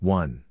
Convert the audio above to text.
one